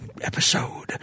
episode